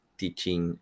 teaching